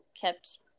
kept